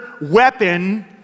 weapon